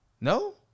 No